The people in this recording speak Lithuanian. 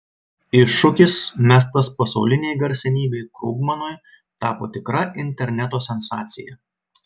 iššūkis mestas pasaulinei garsenybei krugmanui tapo tikra interneto sensacija